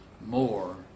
more